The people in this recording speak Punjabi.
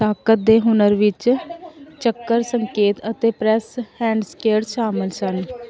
ਤਾਕਤ ਦੇ ਹੁਨਰ ਵਿੱਚ ਚੱਕਰ ਸੰਕੇਤ ਅਤੇ ਪ੍ਰੈੱਸ ਹੈਂਡਸਕੇਰ ਸ਼ਾਮਲ ਹਨ